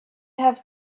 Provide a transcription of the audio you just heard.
have